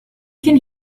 can